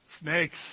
Snakes